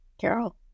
Carol